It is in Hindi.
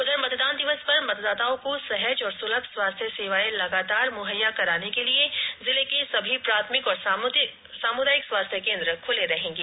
उधर मतदान दिवस पर मतदाताओं को सहज और सुलभ स्वास्थ्य सेवाए लगातार मुहैया कराने के लिए जिले के सभी प्राथमिक और सामुदायिक स्वास्थ्य केन्द्र खुले रहेगें